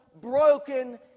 broken